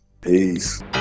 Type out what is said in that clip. Peace